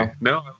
No